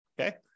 Okay